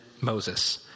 Moses